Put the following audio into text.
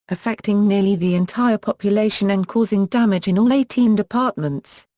affecting nearly the entire population and causing damage in all eighteen departments.